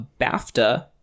BAFTA